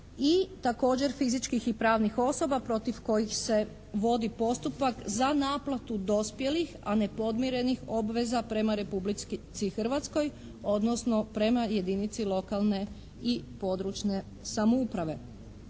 I također fizičkih i pravnih osoba protiv koji se vodi postupak za naplatu dospjelih a nepodmirenih obveza prema Republici Hrvatskoj odnosno prema jedinici lokalne i područne samouprave.